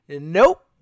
Nope